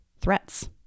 threats